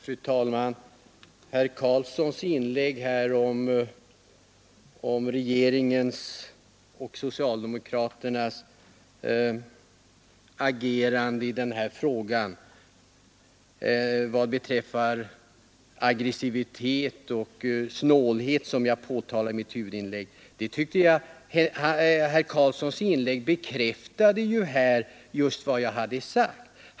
Fru talman! Vad herr Karlsson i Huskvarna nu sade om regeringens och socialdemokraternas agerande i denna fråga och om den snålhet och aggressivitet som jag talade om i mitt huvudinlägg tycker jag bekräftade att jag hade rätt.